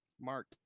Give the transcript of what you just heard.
mark